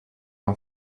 amb